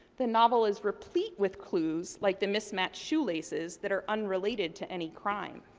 the novel is replete with clues, like the mismatched shoes laces, that are unrelated to any crime.